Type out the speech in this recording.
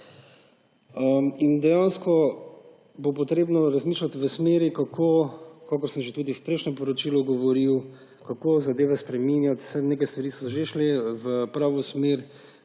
In dejansko bo potrebno razmišljati v smeri, kakor sem že tudi v prejšnjem poročilu govoril, kako zadeve spreminjati. Saj neke stvari so že šle v pravo smer.